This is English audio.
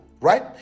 right